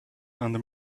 under